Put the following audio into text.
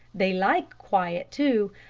they like quiet, too.